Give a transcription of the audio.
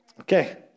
Okay